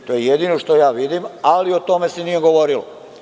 To je jedino što ja vidim, ali se o tome nije govorilo.